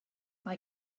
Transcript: mae